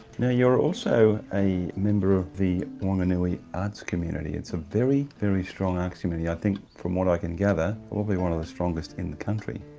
now you're also a member of the wanganui arts community. it's a very, very strong arts community i think from what i can gather, probably one of the strongest in the county,